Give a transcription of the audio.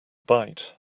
bite